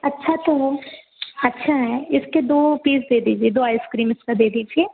अच्छा तो है अच्छा है इसके दो पीस दे दीजिए दो आइसक्रीम इसका दे दीजिए